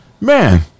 Man